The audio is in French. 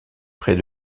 près